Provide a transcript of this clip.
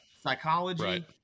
Psychology